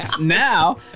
Now